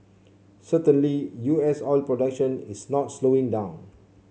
certainly U S oil production is not slowing down